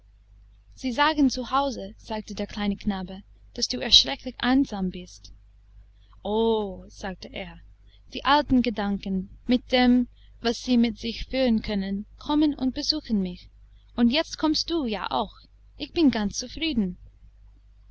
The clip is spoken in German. sie sagen zu hause sagte der kleine knabe daß du erschrecklich einsam bist o sagte er die alten gedanken mit dem was sie mit sich führen können kommen und besuchen mich und jetzt kommst du ja auch ich bin ganz zufrieden